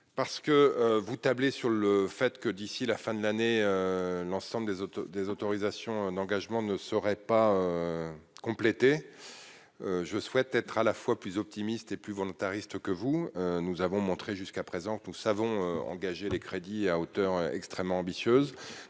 parce que vous tablez sur le fait que d'ici la fin de l'année, l'ensemble des autres, des autorisations d'engagement ne serait pas complété, je souhaite être à la fois plus optimiste et plus volontariste que vous nous avons montré jusqu'à présent, nous savons engager les crédits à hauteur extrêmement ambitieuse,